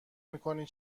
میکنی